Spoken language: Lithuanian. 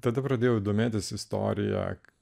tada pradėjau domėtis istorija ak